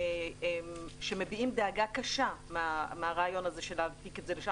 הם מביעים דאגה קשה מהרעיון הזה להעתיק את השדה לשם.